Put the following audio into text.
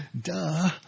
duh